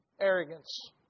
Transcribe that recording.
arrogance